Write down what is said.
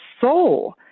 soul